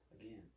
Again